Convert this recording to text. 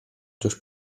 durch